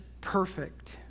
perfect